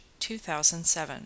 2007